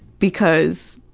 because